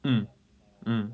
mm mm